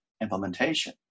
implementation